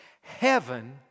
Heaven